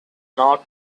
not